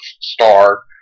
star